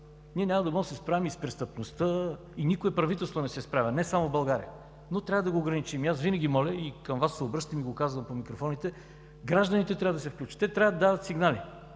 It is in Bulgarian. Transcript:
Ние няма да можем да се справим и с престъпността. И никое правителство не се справя. Не само в България. Но трябва да го ограничим. И аз винаги моля, обръщам се и към Вас, казвам го и по микрофоните, гражданите трябва да се включат. Те трябва да дават сигнали.